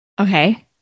Okay